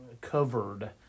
covered